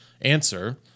answer